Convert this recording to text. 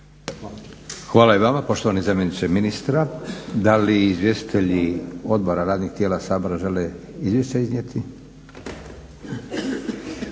Hvala i vama poštovani zamjeniče ministra. Da li izvjestitelji odbora, radnih tijela Sabora žele izvješća iznijeti?